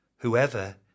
Whoever